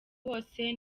wose